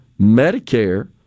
Medicare